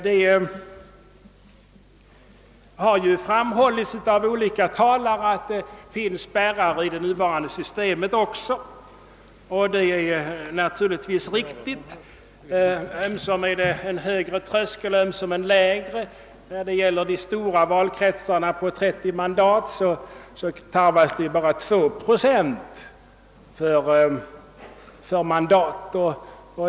Det har av olika talare framhållits att det i nuvarande system också finns spärrar, och naturligtvis är detta riktigt. Ömsom ger spärren en högre tröskel, ömsom en lägre. När det gäller de stora valkretsarna på 30 mandat tarvas bara 2 procent för mandat.